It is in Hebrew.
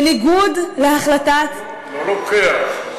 בניגוד להחלטת, לא לוקח.